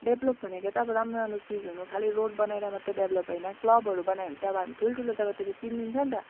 develop भनेको त अब राम्रो राम्रो चिज हुनु खालि रोड बनाएर मात्र डेभलोप होइन क्लबहरू बनायो भने चाहिँ अब हामी ठुल्ठुलो जगातिर चिनिन्छ न त